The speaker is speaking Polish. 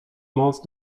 most